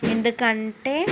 ఎందుకంటే